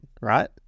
right